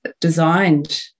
designed